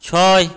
ছয়